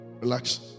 Relax